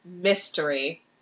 mystery